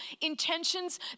intentions